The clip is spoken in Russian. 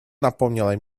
напомнила